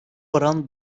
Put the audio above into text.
oran